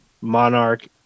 monarch